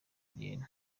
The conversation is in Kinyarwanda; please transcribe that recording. julienne